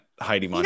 Heidi